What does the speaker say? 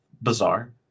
bizarre